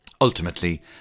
Ultimately